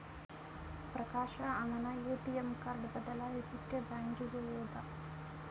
ಪ್ರಕಾಶ ಅವನ್ನ ATM card ಬದಲಾಯಿಸಕ್ಕೇ ಬ್ಯಾಂಕಿಗೆ ಹೋದ